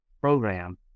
program